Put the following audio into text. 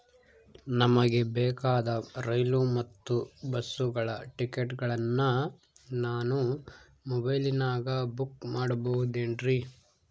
ನಮಗೆ ಬೇಕಾದ ರೈಲು ಮತ್ತ ಬಸ್ಸುಗಳ ಟಿಕೆಟುಗಳನ್ನ ನಾನು ಮೊಬೈಲಿನಾಗ ಬುಕ್ ಮಾಡಬಹುದೇನ್ರಿ?